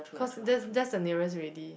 cause that's that's the nearest already